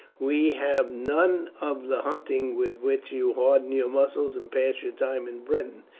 we have none of the hunting with which you harden your muscles and pass your time in britain.